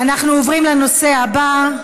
אנחנו עוברים לנושא הבא.